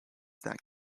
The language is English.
that